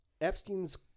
Epstein's